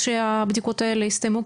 כשהבדיקות האלה יסתיימו,